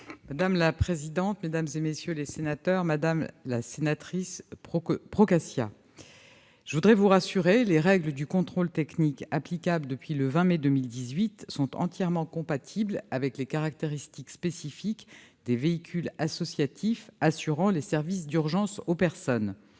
? La parole est à Mme la ministre. Madame la sénatrice Procaccia, je veux vous rassurer : les règles du contrôle technique applicables depuis le 20 mai 2018 sont entièrement compatibles avec les caractéristiques spécifiques des véhicules associatifs assurant les services d'urgence aux personnes.